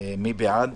מי בעד?